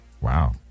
Wow